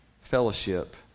fellowship